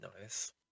Nice